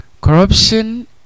corruption